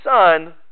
Son